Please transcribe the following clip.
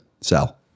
sell